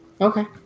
Okay